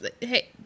Hey